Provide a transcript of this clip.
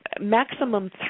maximum